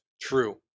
true